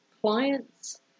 clients